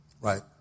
Right